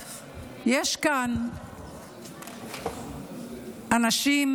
אנחנו עוברים לנושא הבא שעל